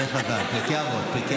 דברי חז"ל, פרקי אבות.